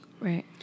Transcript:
Right